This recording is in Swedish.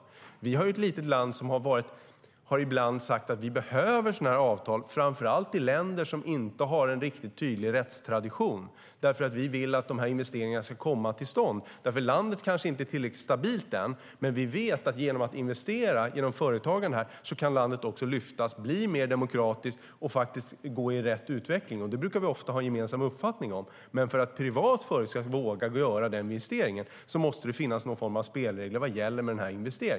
Vi är ett litet land som ibland har sagt att vi behöver sådana här avtal, framför allt med länder som inte har en riktigt tydlig rättstradition. Vi vill nämligen att investeringarna ska komma till stånd. Landet kanske inte är tillräckligt stabilt än, men vi vet att landet kan lyftas genom att vi via företagen investerar. Det kan bli mer demokratiskt och faktiskt gå i rätt riktning. Det brukar vi ofta ha en gemensam uppfattning om, men för att privata företag ska våga göra den investeringen måste det finns någon form av spelregler för vad som gäller.